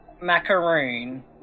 Macaroon